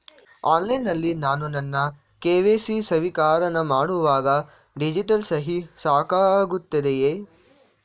Online ನಲ್ಲಿ ನಾನು ನನ್ನ ಕೆ.ವೈ.ಸಿ ನವೀಕರಣ ಮಾಡುವಾಗ ಡಿಜಿಟಲ್ ಸಹಿ ಸಾಕಾಗುತ್ತದೆಯೇ?